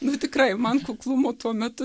nu tikrai man kuklumo tuo metu